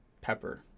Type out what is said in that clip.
pepper